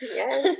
Yes